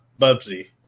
Bubsy